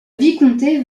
vicomté